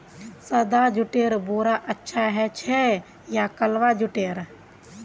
सादा जुटेर बोरा अच्छा ह छेक या कलवा जुटेर